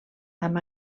amb